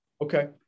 Okay